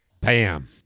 bam